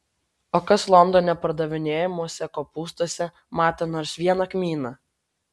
o kas londone pardavinėjamuose kopūstuose matė nors vieną kmyną